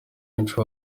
benshi